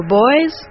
boys